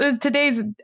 today's